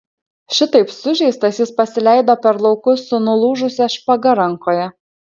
šitaip sužeistas jis pasileido per laukus su nulūžusia špaga rankoje